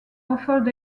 offered